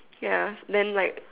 ya then like